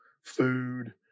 food